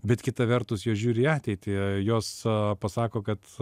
bet kita vertus jos žiūri į ateitį jos pasako kad